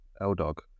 L-Dog